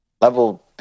level